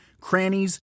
crannies